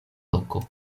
loko